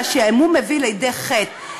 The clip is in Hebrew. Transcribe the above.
והשעמום מביא לידי חטא",